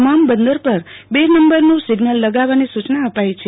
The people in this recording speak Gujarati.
તમામ બંદર પર બે નંબરનું સિગ્નલ લગાવવાનો સુચના અપાઈ છે